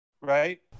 right